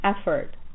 effort